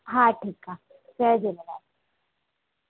हा ठीकु आहे जय झूलेलाल